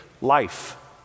life